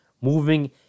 Moving